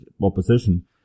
opposition